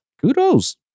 Kudos